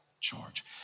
charge